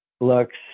looks